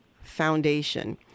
Foundation